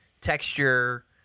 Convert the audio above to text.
texture